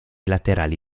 laterali